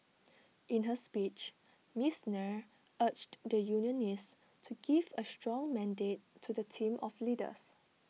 in her speech miss Nair urged the unionists to give A strong mandate to the team of leaders